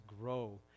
grow